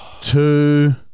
two